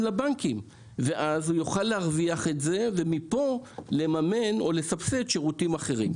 לבנקים ואז הוא יוכל להרוויח את זה ומכאן לממן או לסבסד שירותים אחרים.